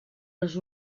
les